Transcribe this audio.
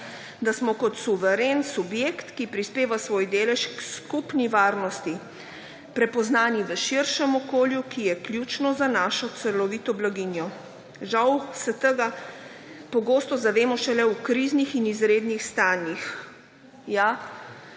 da smo kot suveren subjekt, ki prispeva svoj delež k skupni varnosti, prepoznani v širšem okolju, ki je ključno za našo celovito blaginjo. Žal se tega pogosto zavemo šele v kriznih in izrednih stanjih.